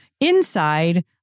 inside